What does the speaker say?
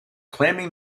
claiming